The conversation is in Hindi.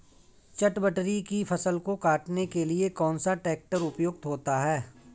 चटवटरी की फसल को काटने के लिए कौन सा ट्रैक्टर उपयुक्त होता है?